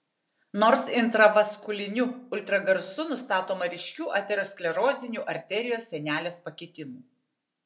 nors intravaskuliniu ultragarsu nustatoma ryškių aterosklerozinių arterijos sienelės pakitimų